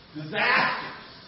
disasters